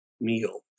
meal